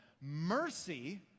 Mercy